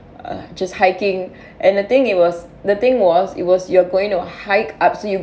uh just hiking and the thing it was the thing was it was you're going to hike up so you